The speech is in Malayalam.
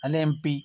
അല്ലേൽ എം പി